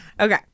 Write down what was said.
okay